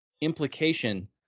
implication